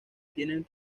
tienen